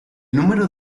número